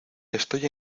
estoy